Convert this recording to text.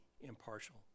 impartial